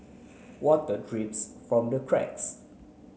water drips from the cracks